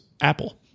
Apple